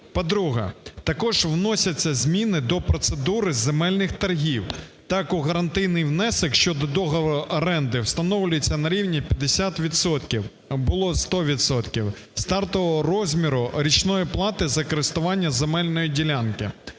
По-друге, також вносять зміни до процедури земельних торгів. Так, гарантійний внесок щодо договору оренди встановлюється на рівні 50 відсотків, а було 100 відсотків стартового розміру річної плати за користування земельної ділянки.